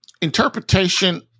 Interpretation